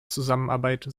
zusammenarbeit